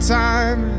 time